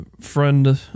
friend